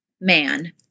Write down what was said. man